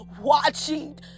watching